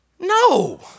No